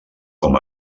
com